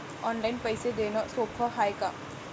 Online पैसे देण सोप हाय का?